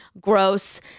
gross